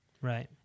Right